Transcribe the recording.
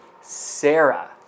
Sarah